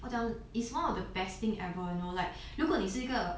我讲 is one of the best thing ever you know like 如果你是一个